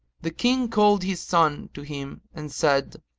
the king called his son to him and said,